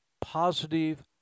positive